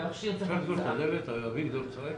נותנים לו תדר כדי להשתמש במכשיר,